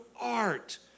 art